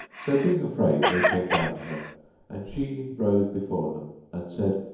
so, being afraid, they came down to her and she rose be fore them and said,